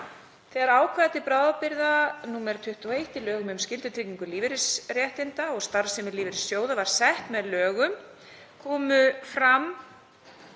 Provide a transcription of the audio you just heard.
Þegar ákvæði til bráðabirgða, nr. 21 í lögum um skyldutryggingu lífeyrisréttinda og starfsemi lífeyrissjóða, var sett með lögum komu fram